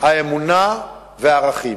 האמונה והערכים.